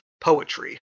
poetry